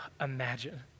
imagine